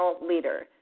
leader